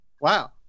Wow